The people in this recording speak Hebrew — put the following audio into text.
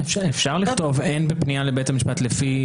אפשר לכתוב שאין בפנייה לבית המשפט לפי